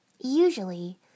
Usually